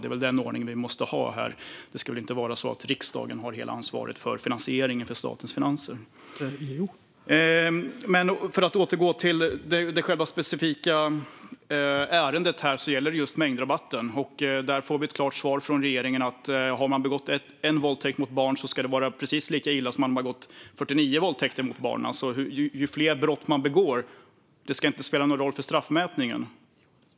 Det är väl den ordningen vi måste ha här. Det ska väl inte vara så att riksdagen har hela ansvaret för finansieringen av statens finanser. : Jo!) Men för att återgå till det specifika ärendet: Det gäller mängdrabatten, och där får vi ett klart svar från regeringen att om man har begått en våldtäkt mot barn ska det vara precis lika illa som om man har begått 49 våldtäkter mot barn. Hur många brott man begår ska alltså inte spela någon roll för straffmätningen.